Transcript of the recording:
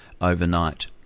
overnight